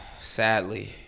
Sadly